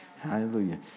Hallelujah